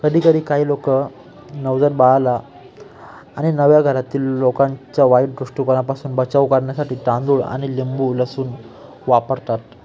कधीकधी काही लोक नवजात बाळाला आणि नव्या घरातील लोकांच्या वाईट दृष्टीकोनापासून बचाव करण्यासाठी तांदूळ आणि लिंबू लसूण वापरतात